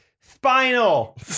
Spinal